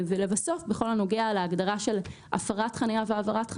בכל הנוגע להגדרה של הפרת חניה ועבירת חניה,